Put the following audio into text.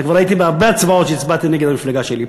וכבר הייתי בהרבה הצבעות שהצבעתי נגד המפלגה שלי.